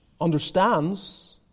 understands